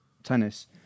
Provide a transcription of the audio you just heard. tennis